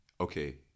okay